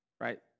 Right